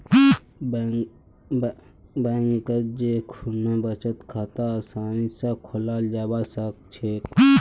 बैंकत जै खुना बचत खाता आसानी स खोलाल जाबा सखछेक